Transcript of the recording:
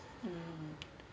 hmm